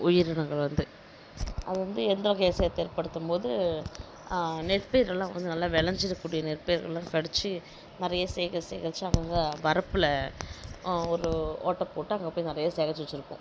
உயிரினங்கள் வந்து அது வந்து எந்த வகையை சேத ஏற்படுத்தும் போது நெற்பயிரெலாம் வந்து நல்லா விளைஞ்சிருக்க கூடிய நெற்பயிர்களெலாம் கடித்து நிறையா சேகரித்து சேகரித்து அங்கே அங்கே வரப்பில் ஒரு ஓட்டைப் போட்டு அங்கே போய் நிறையா சேகரித்து வெச்சுருக்கும்